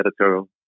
editorial